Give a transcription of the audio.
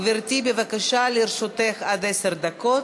גברתי, בבקשה, לרשותך עד עשר דקות.